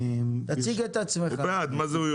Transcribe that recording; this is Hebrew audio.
שמי רועי